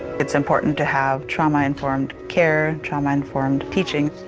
it's important to have trauma-informed care, trauma-informed teaching.